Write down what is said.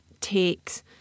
takes